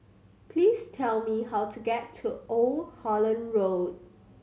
please tell me how to get to Old Holland Road